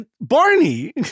Barney